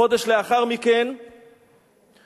חודש לאחר מכן נרצח